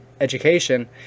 education